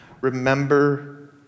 Remember